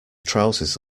trousers